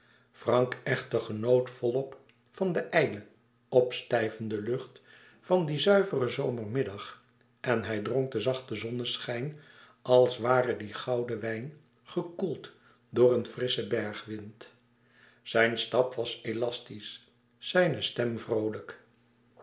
frank echter genoot volop van de ijle opstijvende lucht van dien zuiveren zomermiddag en hij dronk den zachten zonneschijn als waren die gouden wijn gekoeld door een frisschen bergwind zijn stap was elastisch zijne stem vroolijk